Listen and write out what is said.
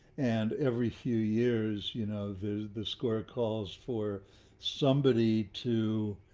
and every few years, you know, the the score calls for somebody to,